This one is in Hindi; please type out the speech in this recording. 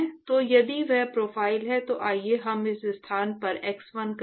तो यदि वह प्रोफ़ाइल है तो आइए हम इस स्थान को X1 कहें